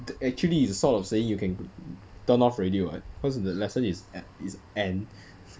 actually it's sort of saying you can turn off already [what] cause the lesson is e~ is end